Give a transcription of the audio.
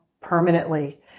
permanently